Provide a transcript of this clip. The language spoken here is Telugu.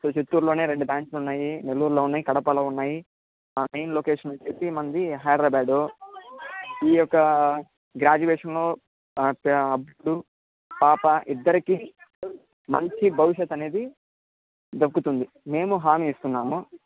చిత్తూరులోనే రెండు బ్రాంచీలు ఉన్నాయి నెల్లూరులో ఉన్నాయి కడపలో ఉన్నాయి మా మెయిన్ లొకేషన్ వచ్చేసి మనది హైదరాబాదు ఈ యొక్క గ్రాడ్యుయేషన్ బాబు పాప ఇద్దరికీ మంచి భవిష్యత్తు అనేది దక్కుతుంది మేము హామీ ఇస్తున్నాము